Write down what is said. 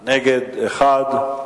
נגד, 1,